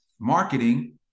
marketing